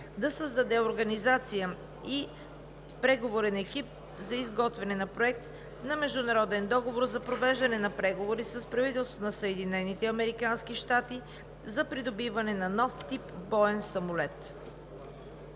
да създаде организация и преговорен екип за изготвяне на проект на международен договор и провеждане на преговори с правителството на Съединените американски щати за придобиване на нов тип боен самолет.